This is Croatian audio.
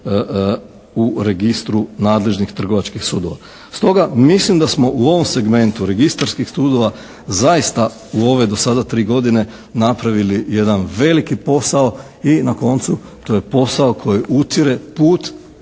u registru nadležnih trgovačkih sudova. Stoga, mislim da smo u ovom segmentu registarskih sudova zaista u ove do sada 3 godine napravili jedan veliki posao i na koncu to je posao koji utire put